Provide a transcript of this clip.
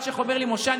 אלשיך אומר לי: משה,